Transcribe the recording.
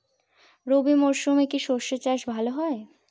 রবি মরশুমে কি সর্ষে চাষ ভালো হয়?